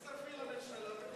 תצטרפי לממשלה,